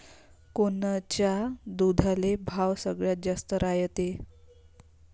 कोनच्या दुधाले भाव सगळ्यात जास्त रायते?